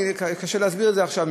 קשה להסביר את זה עכשיו,